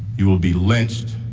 you will be lynched,